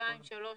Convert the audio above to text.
שתיים-שלוש